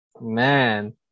Man